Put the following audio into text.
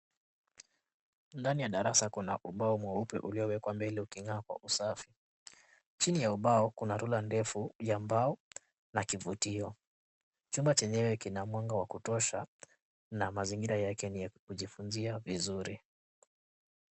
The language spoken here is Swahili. Ndani ya darasa kuna ubao mweupe uliowekwa mbele uking'aa kwa usafi. Chini ya ubao kuna rula ndefu ya mbao, na kivutio. Chumba chenyewe kina mwanga wa kutosha, na mazingira yake ni ya kujifunzia vizuri.